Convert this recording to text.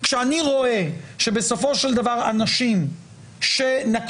כשאני רואה שבסופו של דבר אנשים שנקטו